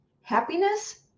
Happiness